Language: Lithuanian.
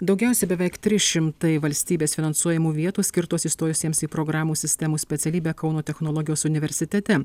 daugiausiai beveik trys šimtai valstybės finansuojamų vietų skirtos įstojusiems į programų sistemų specialybę kauno technologijos universitete